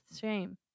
shame